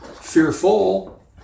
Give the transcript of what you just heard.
fearful